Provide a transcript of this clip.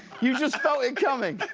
you just felt it coming?